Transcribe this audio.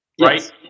right